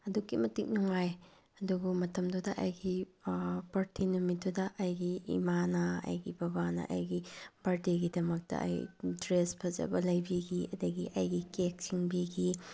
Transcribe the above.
ꯑꯗꯨꯛꯀꯤ ꯃꯇꯤꯛ ꯅꯨꯡꯉꯥꯏ ꯑꯗꯨꯕꯨ ꯃꯇꯝꯗꯨꯗ ꯑꯩꯒꯤ ꯄꯥꯔꯇꯤ ꯅꯨꯃꯤꯠꯇꯨꯗ ꯑꯩꯒꯤ ꯏꯃꯥꯅ ꯑꯩꯒꯤ ꯕꯕꯥꯅ ꯑꯩꯒꯤ ꯕꯥꯔꯗꯦꯒꯤꯗꯃꯛꯇ ꯑꯩ ꯗ꯭ꯔꯦꯁ ꯐꯖꯕ ꯂꯩꯕꯤꯈꯤ ꯑꯗꯒꯤ ꯑꯩꯒꯤ ꯀꯦꯛ ꯁꯤꯡꯕꯤꯈꯤ